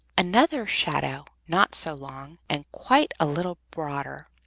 another shadow, not so long, and quite a little broader,